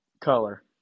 color